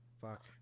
Fuck